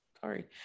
sorry